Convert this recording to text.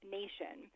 nation